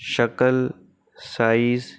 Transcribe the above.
شکل سائز